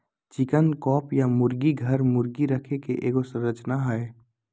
chicken coop या मुर्गी घर, मुर्गी रखे के एगो संरचना हइ